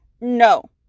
no